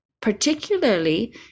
particularly